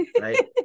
right